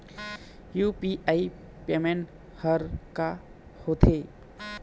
UPI payment हर का होते?